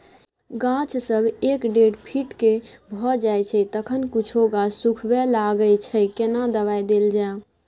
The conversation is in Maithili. गाछ जब एक डेढ फीट के भ जायछै तखन कुछो गाछ सुखबय लागय छै केना दबाय देल जाय?